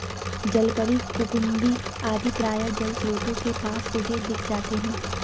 जलपरी, कुकुम्भी आदि प्रायः जलस्रोतों के पास उगे दिख जाते हैं